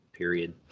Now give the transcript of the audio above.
Period